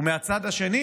ומהצד השני